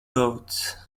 boat